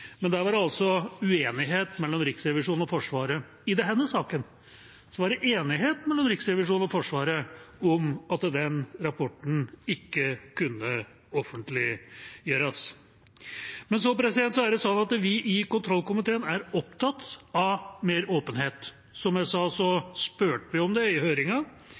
men der var det uenighet mellom Riksrevisjonen og Forsvaret. I denne saken er det enighet mellom Riksrevisjonen og Forsvaret om at den rapporten ikke kunne offentliggjøres. Så er det slik at vi i kontrollkomiteen er opptatt av mer åpenhet. Som jeg sa, spurte vi om det i